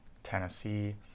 Tennessee